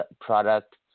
product